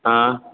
हाँ